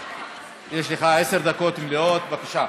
יש לך עשר דקות מלאות, בבקשה.